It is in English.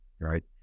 Right